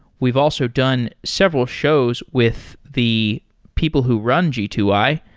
we've also done several shows with the people who run g two i,